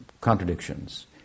contradictions